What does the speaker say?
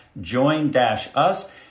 join-us